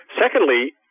Secondly